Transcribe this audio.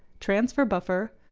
transfer buffer,